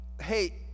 hey